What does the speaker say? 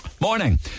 Morning